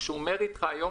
הוא מדבר היום